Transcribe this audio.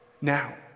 Now